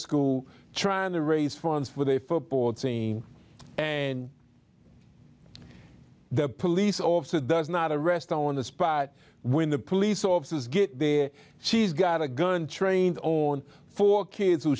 school trying to raise funds for the football team and the police officer does not a rest on the spot when the police officers get there she's got a gun trained on four kids who